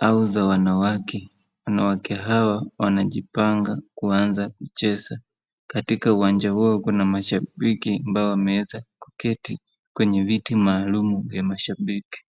au za wanawake. Wanawake hawa wanajipanga kuanza kucheza. Katika uwanja huo kuna mashabiki ambao wameeza kuketi kwenye viti maalum vya mashabiki.